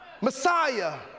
Messiah